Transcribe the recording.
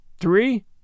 Three